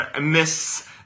Miss